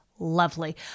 Lovely